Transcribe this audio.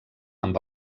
amb